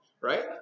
right